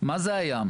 מה זה הים?